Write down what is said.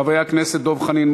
חברי הכנסת דב חנין,